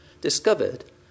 discovered